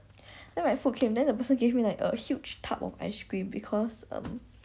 then my food came then the person gave me like a huge tub of ice cream because um